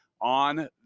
On